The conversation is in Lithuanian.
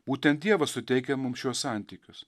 būtent dievas suteikia mums šiuos santykius